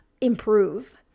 improve